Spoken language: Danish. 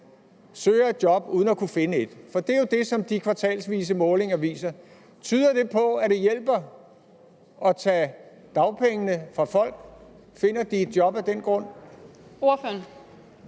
søger et job uden at kunne finde et, på – for det er jo det, som de kvartalsvise målinger viser – at det hjælper at tage dagpengene fra folk? Finder de et job af den grund?